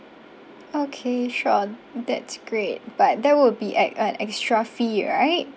okay sure that's great but that will be at an extra fee right